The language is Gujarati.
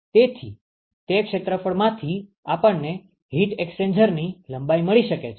તેથી તે ક્ષેત્રફળમાંથી આપણને હીટ એક્સ્ચેન્જરની લંબાઈ મળી શકે છે